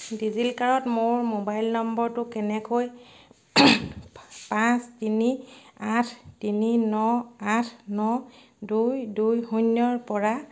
ডিজিলকাৰত মোৰ মোবাইল নম্বৰটো কেনেকৈ পাঁচ তিনি আঠ তিনি ন আঠ ন দুই দুই শূন্যৰপৰা